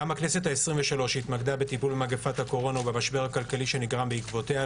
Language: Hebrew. גם הכנסת ה-23 התמקדה במגפת הקורונה והמשבר הכלכלי שנגרם בעקבותיה,